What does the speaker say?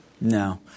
No